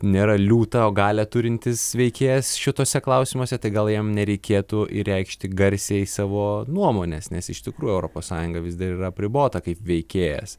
nėra liūtą o galią turintis veikėjas šituose klausimuose tai gal jam nereikėtų ir reikšti garsiai savo nuomonės nes iš tikrųjų europos sąjunga vis dar yra apribota kaip veikėjas